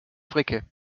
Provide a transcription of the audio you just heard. fricke